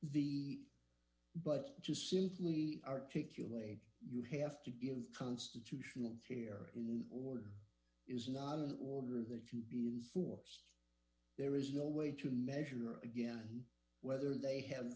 the but to simply articulate you have to give constitutional fair in order is not an order that you be inforced there is no way to measure again whether they have